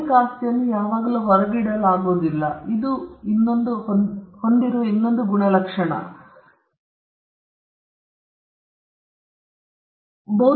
ಬೌದ್ಧಿಕ ಆಸ್ತಿ ಸಹ ಹೊರಗಿಡಲಾಗುವುದಿಲ್ಲ ಇದು ಹೊಂದಿರುವ ಮತ್ತೊಂದು ಗುಣಲಕ್ಷಣ ಇದು ಹೊರಗಿಡಬಹುದಾದದು